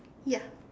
ya